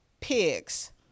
pigs